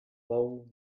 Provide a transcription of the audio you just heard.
bou